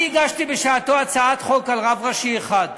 אני הגשתי בשעתו הצעת חוק על רב ראשי אחד,